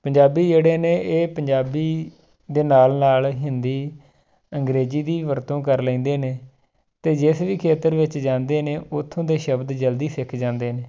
ਪੰਜਾਬੀ ਜਿਹੜੇ ਨੇ ਇਹ ਪੰਜਾਬੀ ਦੇ ਨਾਲ ਨਾਲ ਹਿੰਦੀ ਅੰਗਰੇਜ਼ੀ ਦੀ ਵਰਤੋਂ ਕਰ ਲੈਂਦੇ ਨੇ ਅਤੇ ਜਿਸ ਵੀ ਖੇਤਰ ਵਿੱਚ ਜਾਂਦੇ ਨੇ ਉੱਥੋਂ ਦੇ ਸ਼ਬਦ ਜਲਦੀ ਸਿੱਖ ਜਾਂਦੇ ਨੇ